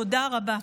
תודה רבה.